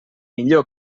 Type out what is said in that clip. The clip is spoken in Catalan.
millor